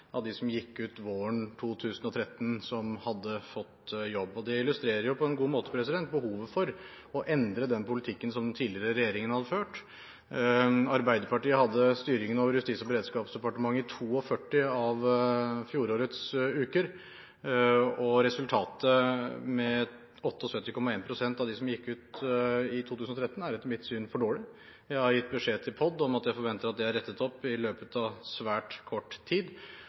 god måte behovet for å endre politikken som den tidligere regjeringen har ført. Arbeiderpartiet hadde styringen over Justis- og beredskapsdepartementet i 42 av fjorårets uker, og resultatet – 78,1 pst. av dem som gikk ut i 2013 – er etter mitt syn for dårlig. Jeg har gitt beskjed til POD om at jeg forventer at dette er rettet opp i løpet av svært kort tid.